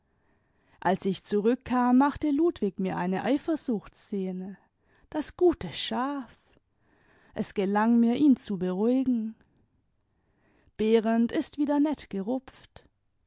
als ich zurückkam machte ludwig mir eine eifersuchtsszene das gute schaf es gelang mir ihn zu beruhigen behrend ist wieder nett gerupft